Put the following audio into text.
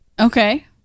Okay